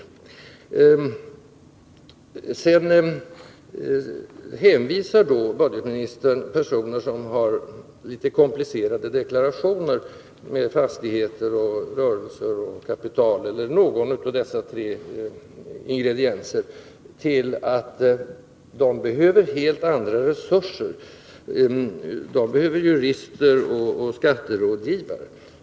Budgetministern hänvisar vidare personer som har litet komplicerade deklarationer, avseende fastigheter, rörelse och kapital eller någon av dessa tre ingredienser, till att de behöver helt andra resurser, i form av jurister och skatterådgivare.